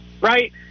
right